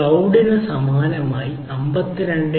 ക്ലൌഡിന് സമാനമായത് 52